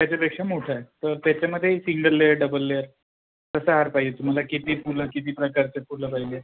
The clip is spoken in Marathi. त्याच्यापेक्षा मोठं आहे तर त्याच्यामध्ये सिंगल लेयर डबल लेयर कसा हार पाहिजे तुम्हाला किती फुलं किती प्रकारची फुलं पाहिजे